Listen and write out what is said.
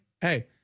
hey